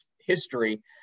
history